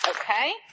Okay